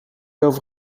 over